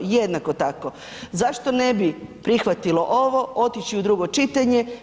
Jednako tako zašto ne bi prihvatilo ovo, otići u drugo čitanje.